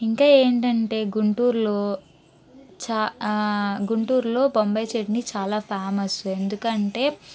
అంటే ఏంటంటే గుంటూర్లో చా గుంటూర్లో బొంబాయ్ చట్నీ చాలా ఫేమస్సు ఎందుకంటే